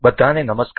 બધા ને નમસ્કાર